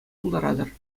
пултаратӑр